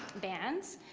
bans.